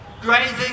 Grazing